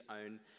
own